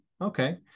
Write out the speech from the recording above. Okay